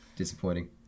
disappointing